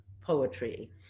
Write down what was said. Poetry